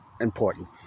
important